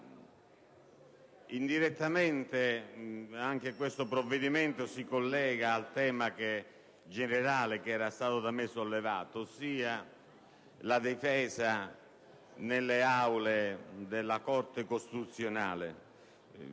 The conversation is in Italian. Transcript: indirettamente anche questo provvedimento si collega al tema generale che era stato da me sollevato, ossia la difesa nelle aule della Corte costituzionale